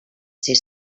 ser